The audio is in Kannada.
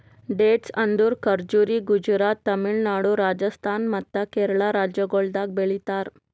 ಡೇಟ್ಸ್ ಅಂದುರ್ ಖಜುರಿ ಗುಜರಾತ್, ತಮಿಳುನಾಡು, ರಾಜಸ್ಥಾನ್ ಮತ್ತ ಕೇರಳ ರಾಜ್ಯಗೊಳ್ದಾಗ್ ಬೆಳಿತಾರ್